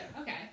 Okay